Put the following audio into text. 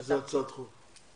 איזו הצעת חוק?